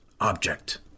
object